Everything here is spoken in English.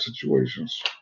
situations